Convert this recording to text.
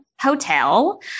Hotel